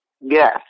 Yes